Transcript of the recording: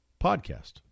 podcast